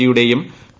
ജിയുടെയും P